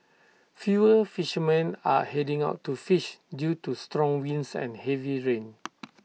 fewer fishermen are heading out to fish due to strong winds and heavy rain